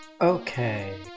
Okay